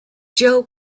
joe